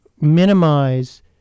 minimize